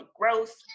growth